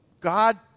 God